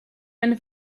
eine